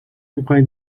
میکنید